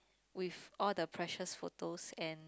with all the precious photos and